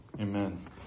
Amen